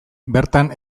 bertan